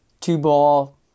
two-ball